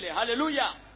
hallelujah